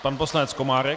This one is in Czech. Pan poslanec Komárek.